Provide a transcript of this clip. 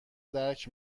درک